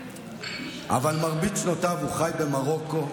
אבל מרבית שנותיו הוא חי במרוקו.